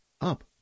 up